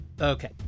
Okay